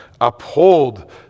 uphold